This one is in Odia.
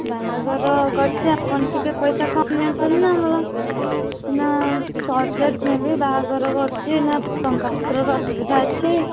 ବାହାଘର କରୁଚି ଆପଣ ଟିକେ ପଇସା କମ୍ ନିଅନ୍ତେନି ନା ମୋର ମୁଁ ଶହେ ପ୍ଲେଟ୍ ନେବି ବାହାଘର କରୁଛି ମୋର ଟଙ୍କା ପତ୍ରର ଅସୁବିଧା ଅଛି